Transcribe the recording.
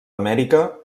amèrica